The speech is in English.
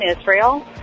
Israel